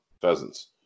pheasants